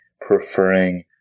preferring